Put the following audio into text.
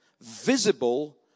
visible